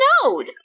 snowed